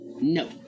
No